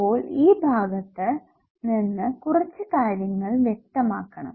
അപ്പോൾ ഈ ഭാഗത്തു നിന്ന് കുറച്ചു കാര്യങ്ങൾ വ്യക്തമാകണം